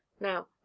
now